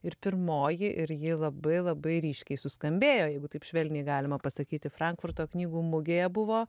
ir pirmoji ir ji labai labai ryškiai suskambėjo jeigu taip švelniai galima pasakyti frankfurto knygų mugėje buvo